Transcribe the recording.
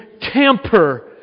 tamper